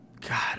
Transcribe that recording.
God